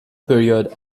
period